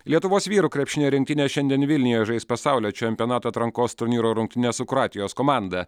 lietuvos vyrų krepšinio rinktinė šiandien vilniuje žais pasaulio čempionato atrankos turnyro rungtynes su kroatijos komanda